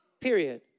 Period